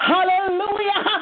Hallelujah